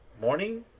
morning